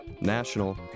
national